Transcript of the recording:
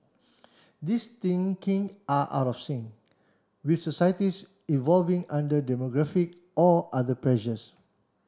these thinking are out of sync with societies evolving under demographic or other pressures